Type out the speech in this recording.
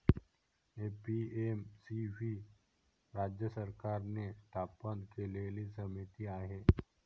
APMC ही राज्य सरकारने स्थापन केलेली समिती आहे